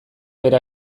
bera